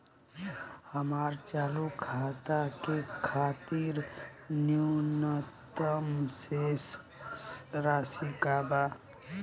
हमार चालू खाता के खातिर न्यूनतम शेष राशि का बा?